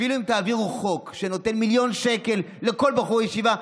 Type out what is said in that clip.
אפילו אם תעבירו חוק שנותן מיליון שקל לכל בחור ישיבה,